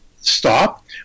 stop